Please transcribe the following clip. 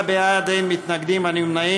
חברי הכנסת, 27 בעד, אין מתנגדים או נמנעים.